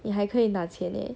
你还可以拿钱 eh